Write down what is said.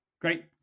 great